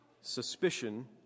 suspicion